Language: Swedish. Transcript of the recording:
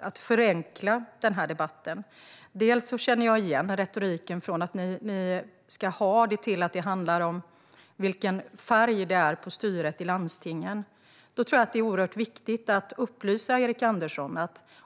att förenkla denna debatt på ett ganska populistiskt sätt. Jag känner igen retoriken. Ni ska ha det till att det handlar om vilken färg det är på styret i landstingen. Då tror jag att det är oerhört viktigt att upplysa Erik Andersson om något.